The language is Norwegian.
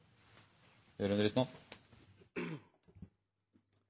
er den